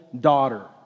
daughter